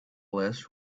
less